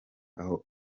aho